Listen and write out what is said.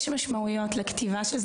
יש משמעויות לכתיבה של זה.